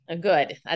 Good